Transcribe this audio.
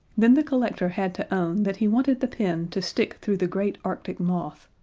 then the collector had to own that he wanted the pin to stick through the great arctic moth,